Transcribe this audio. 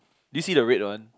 did you see the red one